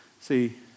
See